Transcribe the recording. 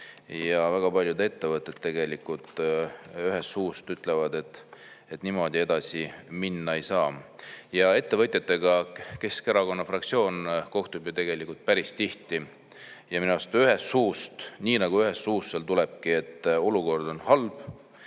Väga paljud ettevõtted tegelikult nagu ühest suust ütlevad, et niimoodi edasi minna ei saa. Ettevõtjatega Keskerakonna fraktsioon kohtub tegelikult päris tihti ja minu arust nagu ühest suust sealt tulebki, et olukord on halb,